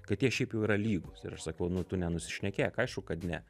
kad jie šiaip jau yra lygūs ir aš sakau nu tu nenusišnekėk aišku kad ne